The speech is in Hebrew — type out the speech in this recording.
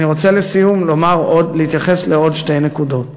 אני רוצה לסיום להתייחס לעוד שתי נקודות.